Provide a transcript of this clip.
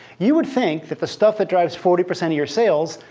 you would think that the stuff that drives forty percent of your sales,